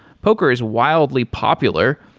poker is wildly popular,